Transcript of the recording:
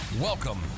Welcome